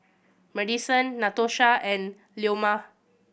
Maddison Natosha and Leoma